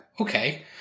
okay